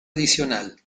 adicional